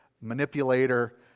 manipulator